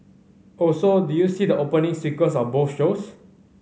also did you see the opening sequence of both shows